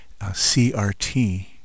CRT